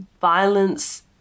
violence